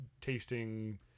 tasting